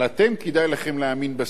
אבל אתם, כדאי לכם להאמין בסקרים.